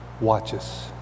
watches